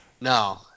No